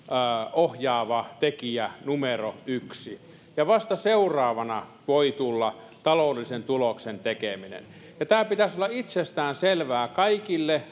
ohjaava tekijä numero yksi ja vasta seuraavana voi tulla taloudellisen tuloksen tekeminen tämän pitäisi olla itsestäänselvää kaikille